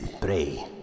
Pray